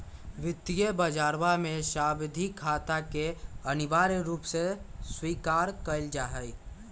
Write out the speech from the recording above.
वित्तीय बजरवा में सावधि खाता के अनिवार्य रूप से स्वीकार कइल जाहई